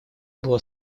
было